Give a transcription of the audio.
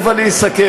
תכף אני אסכם,